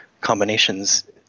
combinations